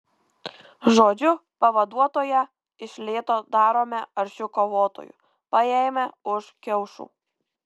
žodžiu pavaduotoją iš lėto darome aršiu kovotoju paėmę už kiaušų